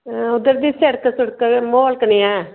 उद्धर दी सडक शुड़क ते म्हौल कनेहा ऐ